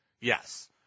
yes